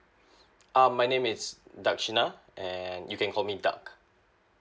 uh my name is tak shina and you can call me tak